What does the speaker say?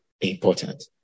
important